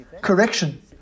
correction